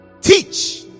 teach